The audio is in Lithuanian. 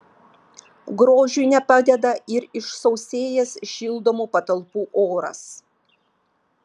grožiui nepadeda ir išsausėjęs šildomų patalpų oras